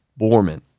borman